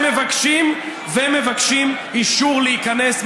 מבקשים אישור להיכנס,